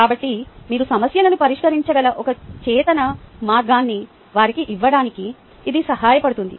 కాబట్టి మీరు సమస్యలను పరిష్కరించగల ఒక చేతన మార్గాన్ని వారికి ఇవ్వడానికి ఇది సహాయపడుతుంది